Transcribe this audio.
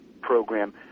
program